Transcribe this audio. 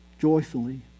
joyfully